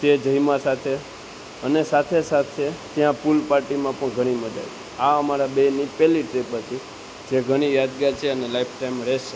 તે જમ્યાં સાથે અને સાથે સાથે ત્યાં પુલ પાર્ટીમાં પણ ઘણી મજા આવી આ અમારા બેની પહેલી ટ્રીપ હતી જે ઘણી યાદગાર છે અને લાઈફ ટાઈમ રહેશે